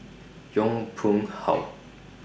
Yong Pung How